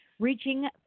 Reaching